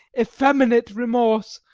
effeminate remorse,